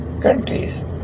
countries